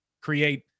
create